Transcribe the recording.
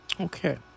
Okay